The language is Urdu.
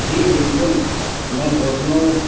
جی بالکل میں ہوٹلوں